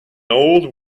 old